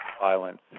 violence